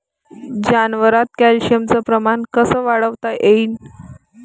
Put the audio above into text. जनावरात कॅल्शियमचं प्रमान कस वाढवता येईन?